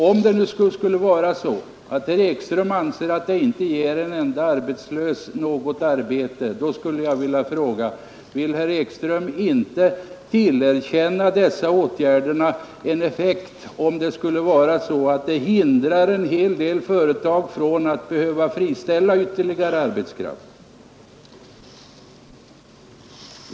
Om nu herr Ekström anser att våra förslag inte skulle ge en enda arbetslös arbete vill jag fråga: Vill herr Ekström inte tillerkänna dessa åtgärder en effekt, om de hindrar att en hel del företag behöver friställa ytterligare arbetskraft?